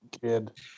kid